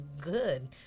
good